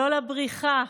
לא לבריחה,